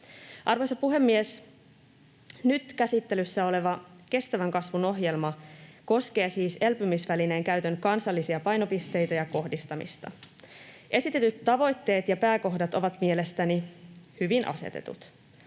Arvoisa puhemies! Nyt käsittelyssä oleva kestävän kasvun ohjelma koskee siis elpymisvälineen käytön kansallisia painopisteitä ja kohdistamista. Esitellyt tavoitteet ja pääkohdat ovat mielestäni hyvin asetetut.